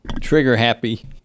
trigger-happy